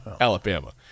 Alabama